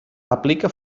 aplica